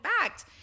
fact